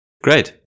Great